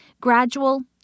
gradual